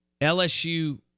LSU